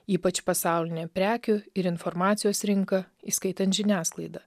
ypač pasaulinė prekių ir informacijos rinka įskaitant žiniasklaidą